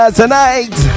tonight